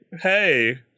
hey